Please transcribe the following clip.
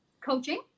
coaching